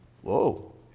Whoa